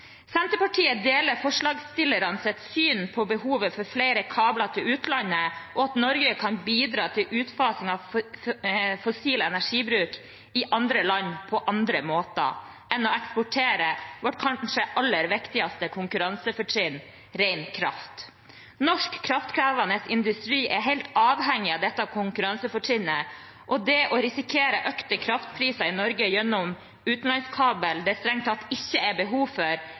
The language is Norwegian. Senterpartiet deler forslagsstillerens syn på behovet for flere kabler til utlandet og på at Norge kan bidra til utfasingen av fossil energibruk i andre land på andre måter enn å eksportere vårt kanskje aller viktigste konkurransefortrinn – ren kraft. Norsk kraftkrevende industri er helt avhengig av dette konkurransefortrinnet, og å risikere økte kraftpriser i Norge gjennom en utenlandskabel det strengt tatt ikke er behov for,